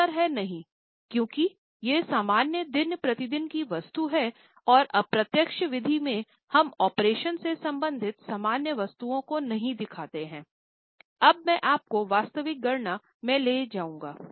उत्तर है नहीं क्योंकि यह सामान्य दिन प्रतिदिन की वस्तु है और अप्रत्यक्ष विधि में हम ऑपरेशन से संबंधित सामान्य वस्तुओं को नहीं दिखाते हैं अब मैं आपको वास्तविक गणना में ले जाऊँगा